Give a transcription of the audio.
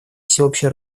всеобщее